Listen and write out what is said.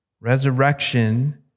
Resurrection